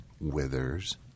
withers